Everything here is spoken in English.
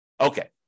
Okay